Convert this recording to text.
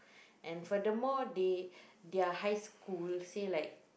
and furthermore they their high school say like